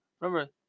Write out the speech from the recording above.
remember